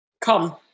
Come